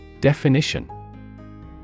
Definition